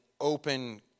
open